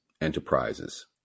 enterprises